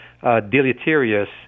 deleterious